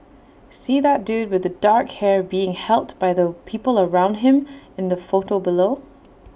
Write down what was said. see that dude with the dark hair being helped by the people around him in the photo below